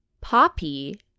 poppy